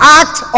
act